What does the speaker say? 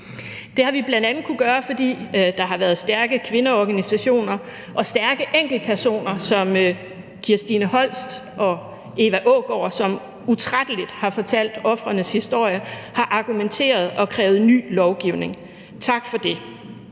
Det har vi bl.a. kunnet gøre, fordi der har været stærke kvindeorganisationer og stærke enkeltpersoner som Kirstine Holst og Eva Aagaard, som utrætteligt har fortalt ofrenes historier, har argumenteret og krævet ny lovgivning. Tak for det.